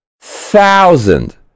thousand